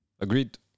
Agreed